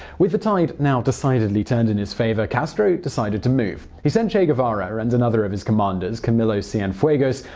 with the tide now decidedly turned in his favor, castro decided to move. he sent che guevara and another of his commanders, camilo so cienfuegos,